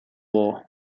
war